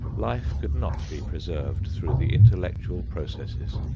life could not be preserved through the intellectual processes.